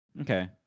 Okay